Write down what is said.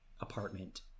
apartment